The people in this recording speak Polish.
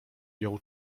jął